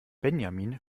benjamin